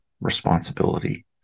responsibility